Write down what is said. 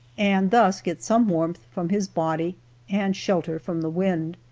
and thus get some warmth from his body and shelter from the wind.